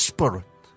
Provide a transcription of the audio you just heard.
Spirit